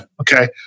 Okay